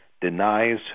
denies